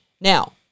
Now